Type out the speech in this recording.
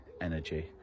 energy